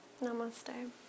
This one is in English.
Namaste